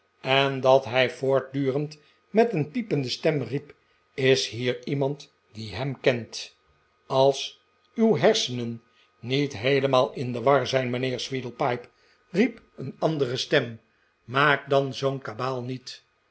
en dat hij voortdurend met een piepende stem riep is hier iemand die hem kent als uw hersenen niet heelemaal in de war zijn mijnheer sweedlepipe riep een andere stem maak dan zoo'n kabaal niet